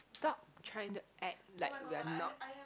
stop trying to act like you're not